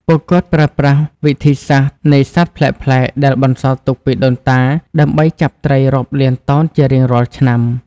ពួកគាត់ប្រើប្រាស់វិធីសាស្ត្រនេសាទប្លែកៗដែលបន្សល់ទុកពីដូនតាដើម្បីចាប់ត្រីរាប់លានតោនជារៀងរាល់ឆ្នាំ។